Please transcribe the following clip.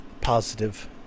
positive